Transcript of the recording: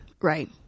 Right